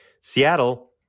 Seattle